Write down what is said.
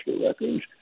Records